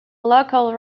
local